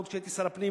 עוד כשהייתי שר הפנים,